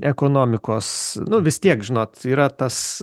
ekonomikos nu vis tiek žinot yra tas